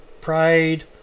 Pride